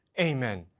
amen